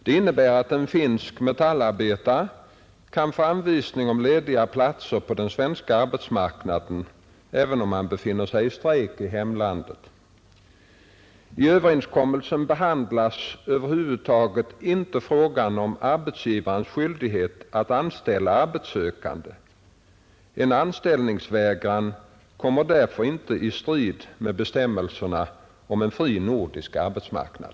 Det innebär att en finsk metallarbetare kan få anvisning om lediga platser på den svenska arbetsmarknaden, även om han befinner sig i strejk i hemlandet. I överenskommelsen behandlas över huvud taget inte frågan om arbetsgivares skyldighet att anställa arbetssökande. En anställningsvägran kommer därför inte i strid med bestämmelserna om en fri nordisk arbetsmarknad.